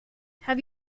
have